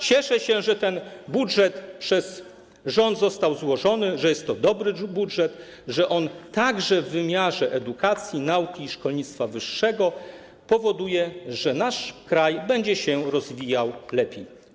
Cieszę się, że ten budżet przez rząd został złożony, że jest to dobry budżet, który także w wymiarze edukacji, nauki i szkolnictwa wyższego powoduje, że nasz kraj będzie się rozwijał lepiej.